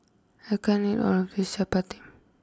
I can't eat all of this Chappati